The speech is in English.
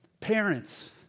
parents